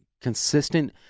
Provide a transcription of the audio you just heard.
consistent